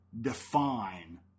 define